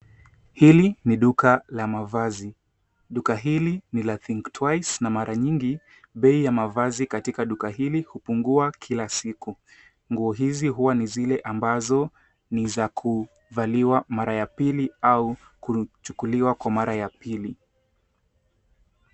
Hili ni duka la mavazi duka hili ni la think twice na mara nyingi bei ya mavazi katika duka hili hupungua kila siku nguo hizi huwa ni zile ambazo ni za kuvaliwa mara ya pili au kuchukuliwa kwa mara ya pili.